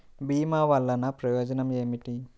భీమ వల్లన ప్రయోజనం ఏమిటి?